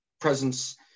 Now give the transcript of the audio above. presence